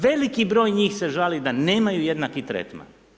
Veliki broj njih se žali da nemaju jednaki tretman.